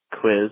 quiz